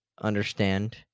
understand